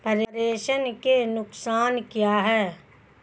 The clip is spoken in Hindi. प्रेषण के नुकसान क्या हैं?